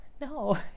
no